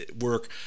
work